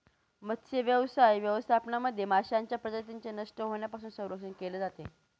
मत्स्यव्यवसाय व्यवस्थापनामध्ये माशांच्या प्रजातींचे नष्ट होण्यापासून संरक्षण केले जाते